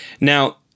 Now